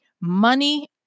money